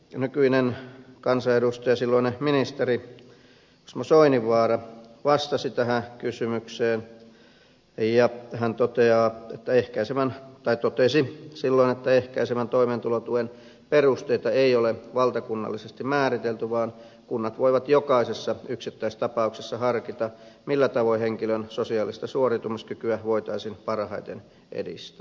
nykyinen kansanedustaja silloinen ministeri osmo soininvaara vastasi tähän kysymykseen ja hän totesi silloin että ehkäisevän toimeentulotuen perusteita ei ole valtakunnallisesti määritelty vaan kunnat voivat jokaisessa yksittäistapauksessa harkita millä tavoin henkilön sosiaalista suoriutumiskykyä voitaisiin parhaiten edistää